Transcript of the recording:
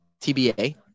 TBA